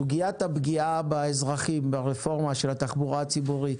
סוגיית הפגיעה באזרחים ברפורמה של התחבורה הציבורית,